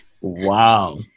Wow